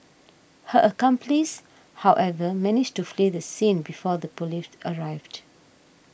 her accomplice however managed to flee the scene before the police arrived